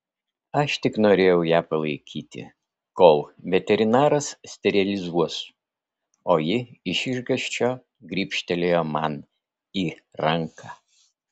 aš tik norėjau ją palaikyti kol veterinaras sterilizuos o ji iš išgąsčio gribštelėjo man į ranką